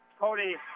Cody